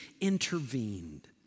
intervened